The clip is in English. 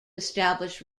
establish